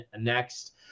next